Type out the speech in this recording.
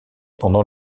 pendant